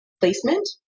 placement